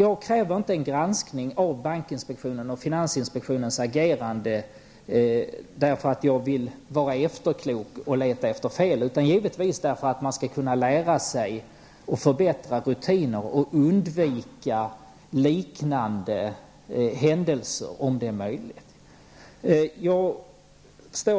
Jag kräver inte en granskning av bankinspektionens och finansinspektionens agerande bara därför att jag vill vara efterklok och leta efter fel, utan jag gör det därför att jag anser att man skall lära sig att förbättra rutiner samt undvika liknande händelser i fortsättningen, om det nu är möjligt. Jag har